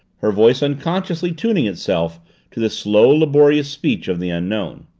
her voice unconsciously tuning itself to the slow, laborious speech of the unknown.